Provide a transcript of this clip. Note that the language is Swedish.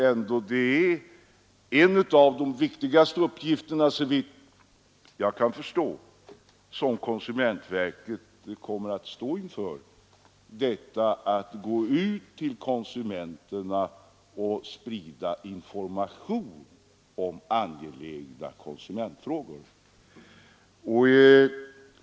En av de viktigaste uppgifterna som konsumentverket kommer att stå inför är, såvitt jag kan förstå, att gå ut till konsumenterna och sprida information om angelägna konsumentfrågor.